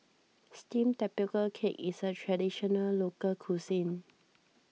Steamed Tapioca Cake is a Traditional Local Cuisine